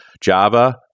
Java